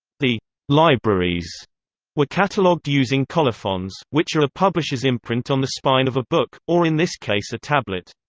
the libraries were cataloged using colophons, which are a publisher's imprint on the spine of a book, or in this case a tablet.